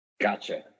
Gotcha